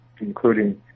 including